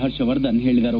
ಹರ್ಷವರ್ಧನ್ ಹೇಳಿದರು